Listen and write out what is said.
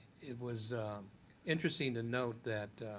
it was interesting to note that